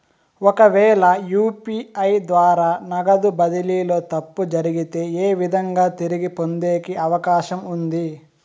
ఒకవేల యు.పి.ఐ ద్వారా నగదు బదిలీలో తప్పు జరిగితే, ఏ విధంగా తిరిగి పొందేకి అవకాశం ఉంది?